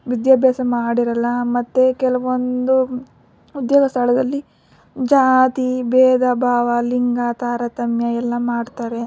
ವಿದ್ಯಾಭ್ಯಾಸ ಮಾಡಿರೋಲ್ಲ ಮತ್ತು ಕೆಲವೊಂದು ಉದ್ಯೋಗ ಸ್ಥಳದಲ್ಲಿ ಜಾತಿ ಬೇಧ ಭಾವ ಲಿಂಗ ತಾರತಮ್ಯ ಎಲ್ಲ ಮಾಡ್ತಾರೆ